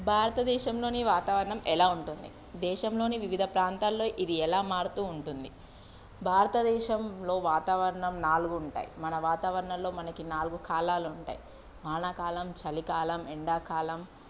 భారతదేశంలోని వాతావరణం ఎలా ఉంటుంది దేశంలోని వివిధ ప్రాంతాల్లో ఇది ఎలా మారుతూ ఉంటుంది భారతదేశంలో వాతావరణం నాలుగుంటాయి మన వాతావరణంలో మనకి నాలుగు కాలాలుంటాయి వానాకాలం చలికాలం ఎండాకాలం